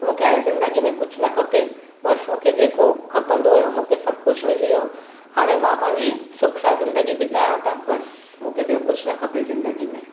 त मूंखे हाणे ज़िंदगी में कुझु न खपे बसि मूंखे जेको खपंदो हुयो मूंखे सभु कुझु मिली वियो हाणे मां पंहिंजी सुख सां ज़िंदगी बितायूं था बसि मूंखे ॿियो कुझु न खपे ज़िंदगी में